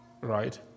right